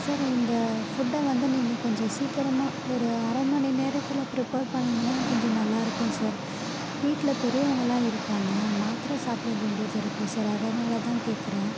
sir இந்த ஃபுட்டை வந்து நீங்கள் கொஞ்சம் சீக்கிரமாக ஒரு அரை மணி நேரத்தில் பிரிப்பேர் பண்ணீங்கன்னால் கொஞ்சம் நல்லாயிருக்கும் சார் வீட்டில் பெரியவங்களாம் இருக்காங்க மாத்திரை சாப்பிட வேண்டியதிருக்குது சார் அதனால் தான் கேட்கறேன்